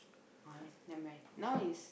ah nevermind now is